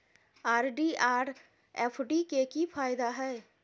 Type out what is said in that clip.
RD आर FD के की फायदा हय?